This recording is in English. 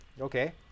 okay